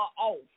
off